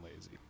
lazy